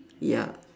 ya